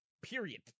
Period